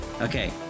Okay